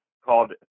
called